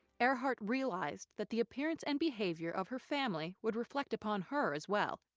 earhart realized that the appearance and behavior of her family would reflect upon her as well.